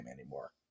anymore